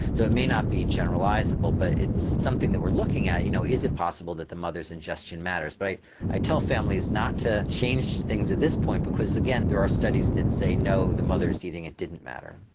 so it may not be generalisable but it's something that we're looking at, you know is it possible that the mother's ingestion matters. but i tell families not to change things at this point because again there are studies that say no the mothers eating it didn't matter.